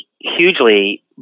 hugely